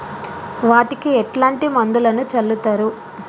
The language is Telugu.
వాటికి ఎట్లాంటి మందులను చల్లుతరు?